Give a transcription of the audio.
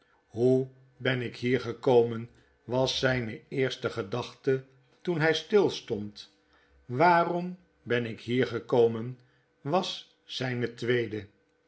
hoe ben ik hier gekomen was zyne eerste gedachte toen hij stilstond waarom ben ik hier gekomen was zyne tweede